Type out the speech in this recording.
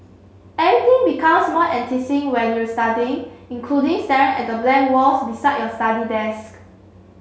everything becomes more when you're studying including staring at the blank walls beside your study desk